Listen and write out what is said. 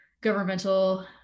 governmental